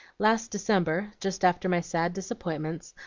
last december, just after my sad disappointments,